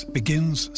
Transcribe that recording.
begins